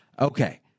Okay